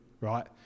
right